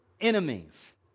enemies